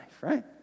right